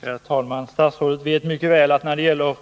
Herr talman! Statsrådet vet mycket väl att när det gäller